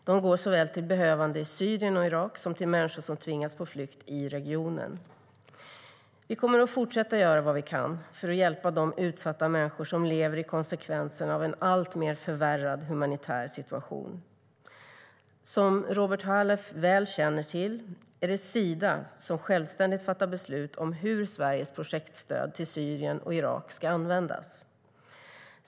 Det går såväl till behövande i Syrien och Irak som till människor som tvingats på flykt i regionen. Vi kommer att fortsätta göra vad vi kan för att hjälpa de utsatta människor som lever i konsekvenserna av en alltmer förvärrad humanitär situation. Som Robert Halef väl känner till är det Sida som självständigt fattar beslut om hur Sveriges projektstöd till Syrien och Irak ska användas.